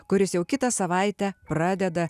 kuris jau kitą savaitę pradeda